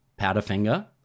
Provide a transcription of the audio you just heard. Powderfinger